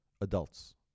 Adults